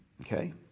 okay